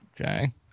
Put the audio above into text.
Okay